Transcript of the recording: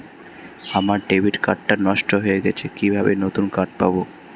আমার debit card টা নষ্ট হয়ে গেছে কিভাবে নতুন কার্ড পাব?